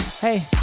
Hey